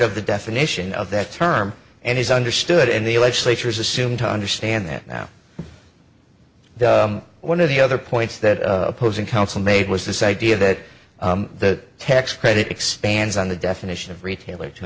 of the definition of that term and is understood in the legislature is assumed to understand that now one of the other points that opposing counsel made was this idea that the tax credit expands on the definition of retailer to